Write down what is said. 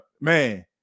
man